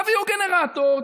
תביאו גנרטור,